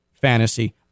fantasy